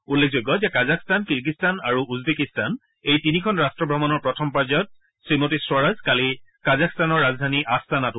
উল্লেখযোগ্য যে Kazakhstan Kyrgyzstan আৰু উজবেকিস্তান এই তিনিখন ৰাষ্ট ভ্ৰমণৰ প্ৰথম পৰ্যায়ত শ্ৰীমতী স্বৰাজ কালি কাজাখস্তানৰ ৰাজধানী আস্তানাত উপস্থিত হয়